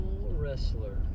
wrestler